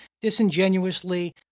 disingenuously